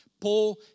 Paul